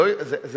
על אחת